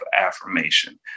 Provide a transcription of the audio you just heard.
affirmation